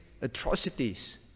atrocities